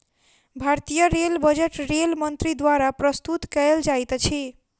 भारतीय rail budget rail मंत्री द्वारा प्रस्तुत कयल जाइत अछि